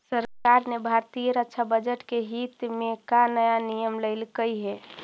सरकार ने भारतीय रक्षा बजट के हित में का नया नियम लइलकइ हे